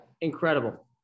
incredible